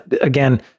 again